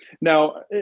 Now